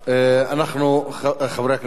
חברי הכנסת,